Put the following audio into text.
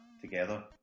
together